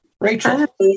Rachel